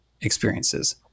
experiences